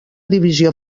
divisió